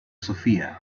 sofía